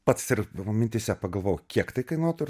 pats ir mintyse pagalvojau kiek tai kainuotų